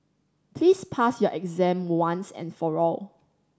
please pass your exam once and for all